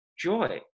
joy